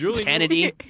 Kennedy